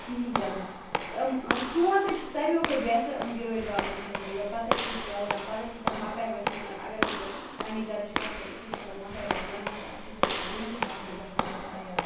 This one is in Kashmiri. کِہیٖنۍ تہِ نہٕ یِم ٲں سوٗنٛتھ حظ چھُ ساروٕے کھۄتہٕ بہتر یِم بیٛٲلۍ وۄونہٕ خٲطرٕ یا پتہٕ حظ چھِ أسۍ وۄوان پتہٕ حظ چھِ تتھ مکاے وَچہٕ نیران اگر حظ بہٕ پننہِ گھرٕچ کَتھ کَرٕ اسی حظ چھِ پتہٕ مکاے وَچہٕ کٕنان تہٕ اسہِ حظ چھِ برٛونٹھٕے ہرٕد گَژھان تِم تیار